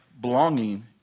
belonging